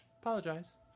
Apologize